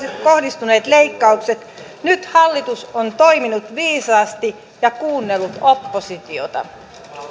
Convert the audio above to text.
kohdistuneet leikkaukset nyt hallitus on toiminut viisaasti ja kuunnellut oppositiota